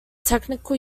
technical